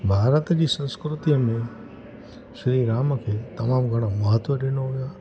भारत जी संस्कृतिअ में श्री राम खे तमामु घणो महत्वु ॾिनो वियो